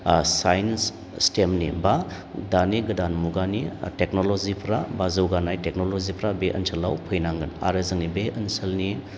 ओ साइन्स स्टेमपनि बा दानि गोदान मुगानि टेक्नलजिफोरा बा जौगानाय टेक्नलजिफ्रा बे ओनसोलाव फैनांगोन आरो बे जोंनि ओनसोलनि